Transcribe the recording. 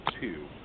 two